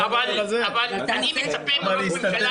במקום להסתתר מאחורי --- אבל אני מצפה מראש ממשלה